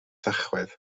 tachwedd